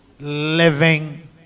living